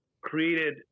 created